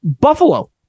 Buffalo